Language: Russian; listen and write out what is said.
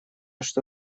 что